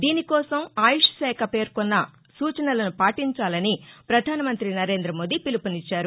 దీనికోసం ఆయుష్ శాఖ పేర్కొన్న సూచనలను పాటించాలని ప్రధాసమంతి నరేంద్ర మోదీ పిలుపునిచ్చారు